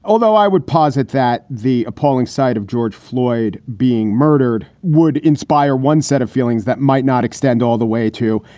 although i would posit that the appalling side of george floyd being murdered would inspire one set of feelings that might not extend all the way to.